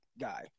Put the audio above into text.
guy